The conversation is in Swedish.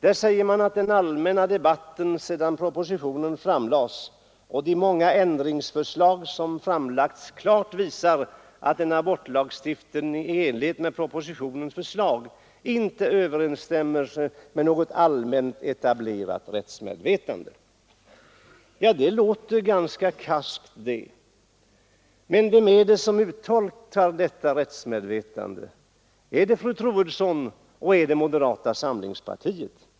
Där säger man: ”Den allmänna debatten sedan propositionen framlades liksom de många ändringsförslag ——— som framförts i motionerna visar klart att en abortlagstiftning i enlighet med proposi tionens förslag inte skulle överensstämma med något allmänt etablerat rättsmedvetande.” Ja, det låter ganska karskt, men vem är det som uttolkar detta rättsmedvetande? Är det fru Troedsson och moderata samlingspartiet?